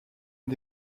une